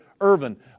Irvin